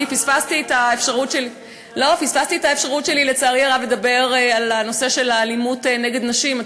כי פספסתי את ההזדמנות שלי לדבר על יום האלימות נגד נשים,